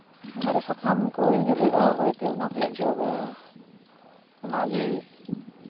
ᱫᱟᱨᱮ ᱥᱟᱠᱟᱢ ᱠᱚ ᱧᱩᱨᱦᱟᱹᱜᱼᱟ ᱦᱚᱭᱛᱮ ᱚᱱᱟ ᱠᱚᱜᱮ ᱡᱚᱜᱽᱼᱟ ᱚᱱᱟᱜᱮ